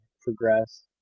progress